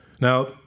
Now